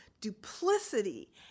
duplicity